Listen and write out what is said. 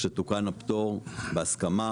כשתוקן הפטור בהסכמה